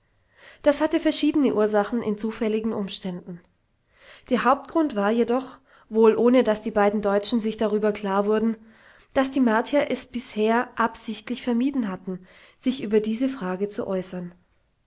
das hatte verschiedene ursachen in zufälligen umständen der hauptgrund war jedoch wohl ohne daß die beiden deutschen sich darüber klar wurden daß die martier bisher es absichtlich vermieden hatten sich über diese frage zu äußern